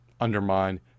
undermine